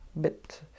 Bit